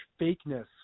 fakeness